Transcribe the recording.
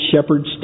shepherds